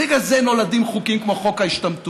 בגלל זה נולדים חוקים כמו חוק ההשתמטות,